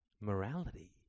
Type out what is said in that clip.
Morality